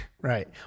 Right